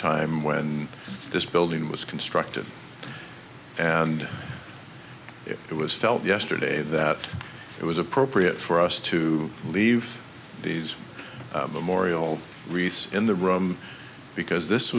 time when this building was constructed and it was felt yesterday that it was appropriate for us to leave these memorials wreaths in the room because this